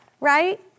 right